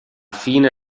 fine